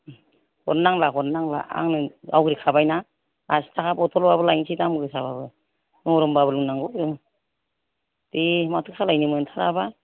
हरनो नांला आंनो आवग्रि खाबायना आरसिथाखा बथ'लबाबो लायनोसै दाम गोसाबाबो नर'मबाबो लोंनांगौ जों दे माथो खालामनो मोनथाराबा